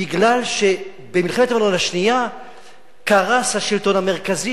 בגלל שבמלחמת לבנון השנייה קרס השלטון המרכזי